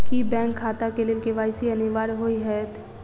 की bank खाता केँ लेल के.वाई.सी अनिवार्य होइ हएत?